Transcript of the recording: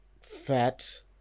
fat